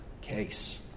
case